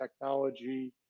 Technology